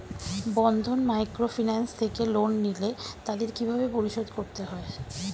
বন্ধন microfinance থেকে loan নিলে তাদের কিভাবে পরিশোধ করতে হয়?